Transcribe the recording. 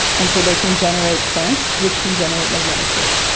and so they can generate currents which can generate magnetic fields.